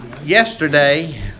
Yesterday